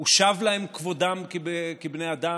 הושב להם כבודם כבני האדם.